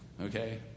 Okay